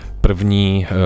první